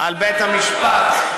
על בית-המשפט.